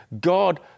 God